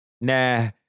Nah